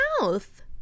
mouth